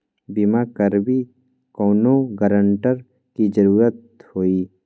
बिमा करबी कैउनो गारंटर की जरूरत होई?